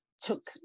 took